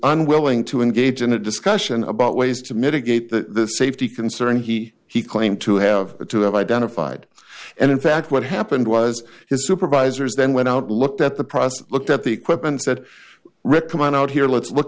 unwilling to engage in a discussion about ways to mitigate the safety concern he he claimed to have to have identified and in fact what happened was his supervisors then went out looked at the process looked at the equipment said rick come on out here let's look